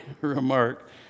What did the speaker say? remark